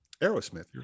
Aerosmith